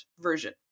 version